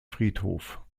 friedhof